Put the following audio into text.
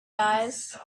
guys